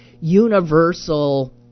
universal